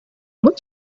out